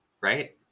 Right